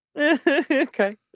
Okay